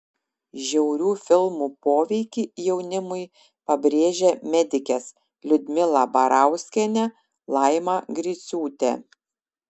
žiaurių filmų poveikį jaunimui pabrėžė medikės liudmila barauskienė laima griciūtė